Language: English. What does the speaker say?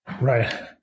Right